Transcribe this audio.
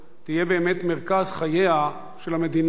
תהיה באמת מרכז חייה של המדינה,